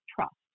trust